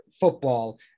football